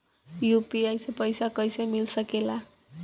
UPI से पइसा कईसे मिल सके ला?